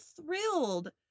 thrilled